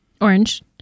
Orange